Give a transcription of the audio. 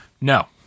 No